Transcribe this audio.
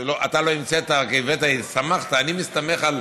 שאתה לא המצאת כי הסתמכת, אני מסתמך על